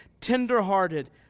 tenderhearted